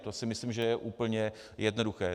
To si myslím, že je úplně jednoduché.